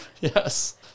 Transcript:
Yes